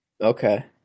Okay